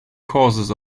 causes